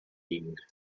ligen